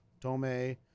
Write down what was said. Tome